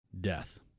death